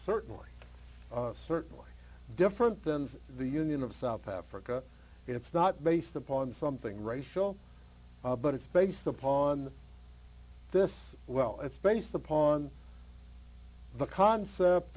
certainly certainly different than the union of south africa it's not based upon something racial but it's based upon this well it's based upon the concept